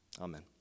Amen